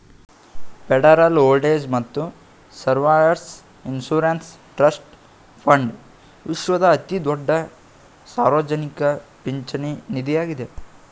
federal old age ಮತ್ತು survivors insurance trust fund ವಿಶ್ವದ ಅತಿದೊಡ್ಡ ಸಾರ್ವಜನಿಕ ಪಿಂಚಣಿ ನಿಧಿಯಾಗಿದ್ದೆ